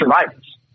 survivors